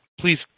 Please